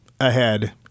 ahead